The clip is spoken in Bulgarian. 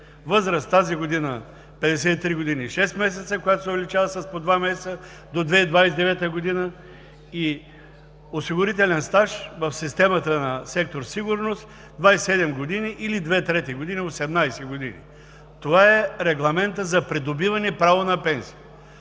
възраст тази година – 53 години и 6 месеца, която се увеличава с по два месеца до 2029 г., и осигурителен стаж в системата на сектор „Сигурност“ – 27 години или 2/3 години – 18 години. Това е регламентът за придобиване право на пенсия.